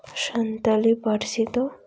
ᱥᱟᱱᱛᱟᱲᱤ ᱯᱟᱹᱨᱥᱤ ᱫᱚ